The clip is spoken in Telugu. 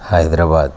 హైద్రాబాద్